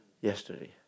yesterday